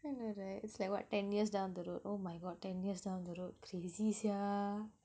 you know right it's like what ten years down the road oh my god ten years down the road crazy sia